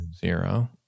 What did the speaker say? zero